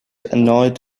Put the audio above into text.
annoyed